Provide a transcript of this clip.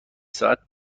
ساعت